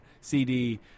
cd